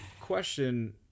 question